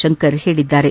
ಶಂಕರ್ ಹೇಳಿದ್ದಾರೆ